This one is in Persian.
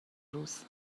روز